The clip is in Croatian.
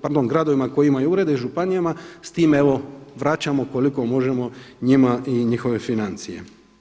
pardon gradovima koji imaju urede i županijama, s tim evo vraćamo koliko možemo njima i njihove financije.